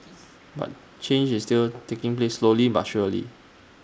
but change is still taking place slowly but surely